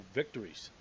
victories